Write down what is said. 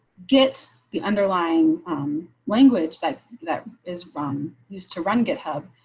get the underlying um language that that is from us to run github,